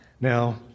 now